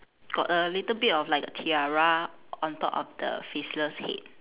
got a little bit of like a tiara on top of the faceless head